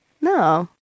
no